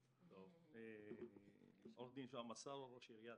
שלום, אני עו"ד שועאע מסארווה, ראש עיריית